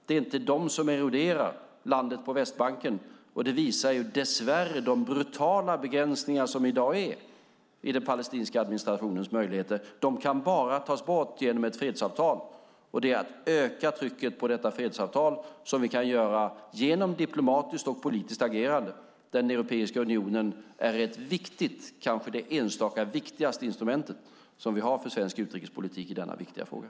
Det är inte de som eroderar landet på Västbanken. Det visar dess värre de brutala begränsningarna i dag i den palestinska administrationens möjligheter. De kan tas bort bara genom ett fredsavtal. Det gäller att öka trycket på detta fredsavtal, något som vi kan göra genom diplomatiskt och politiskt agerande. Europeiska unionen är ett viktigt instrument - ja, kanske det enskilt viktigaste instrumentet vi har för svensk utrikespolitik i denna viktiga fråga.